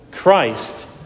Christ